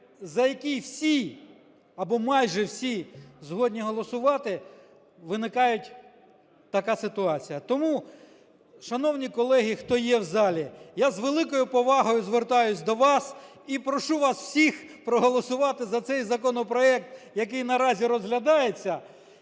за який всі або майже всі згодні голосувати, виникає така ситуація. Тому, шановні колеги, хто є в залі, я з великою повагою звертаюся до вас і прошу вас всіх проголосувати за цей законопроект, який наразі розглядається.